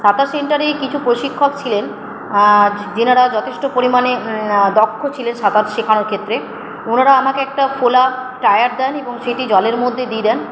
সাঁতার সেন্টারেই কিছু প্রশিক্ষক ছিলেন যারা যথেষ্ট পরিমাণে দক্ষ ছিলেন সাঁতার শেখানোর ক্ষেত্রে ওনারা আমাকে একটা ফোলা টায়ার দেন এবং সেটি জলের মধ্যে দিয়ে দেন